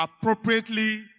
appropriately